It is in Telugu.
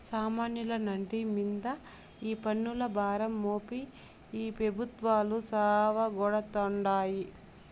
సామాన్యుల నడ్డి మింద ఈ పన్నుల భారం మోపి ఈ పెబుత్వాలు సావగొడతాండాయి